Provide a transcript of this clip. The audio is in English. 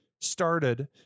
started